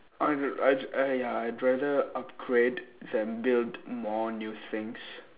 I I !aiya! I rather upgrade than build more new things